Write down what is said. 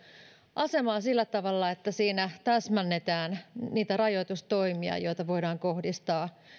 asemaa sillä tavalla että siinä täsmennetään niitä rajoitustoimia joita voidaan kohdistaa